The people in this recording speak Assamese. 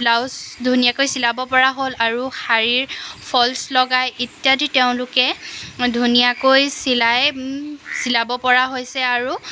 ব্লাউজ ধুনীয়াকৈ চিলাব পৰা হ'ল আৰু শাড়ীৰ ফল্চ লগায় ইত্যাদি তেওঁলোকে ধুনীয়াকৈ চিলায় চিলাব পৰা হৈছে আৰু